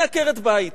אני עקרת בית.